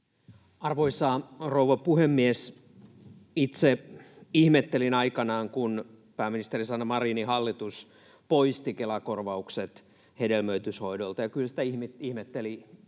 Arvoisa rouva puhemies! Itse ihmettelin aikanaan, kun pääministeri Sanna Marinin hallitus poisti Kela-korvaukset hedelmöityshoidoilta, ja kyllä sitä ihmettelivät